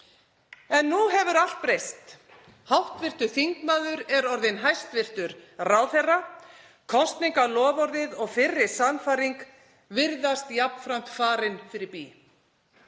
En nú hefur allt breyst. Hv. þingmaður er orðinn hæstv. ráðherra. Kosningaloforðið og fyrri sannfæring virðast jafnframt farin fyrir bí.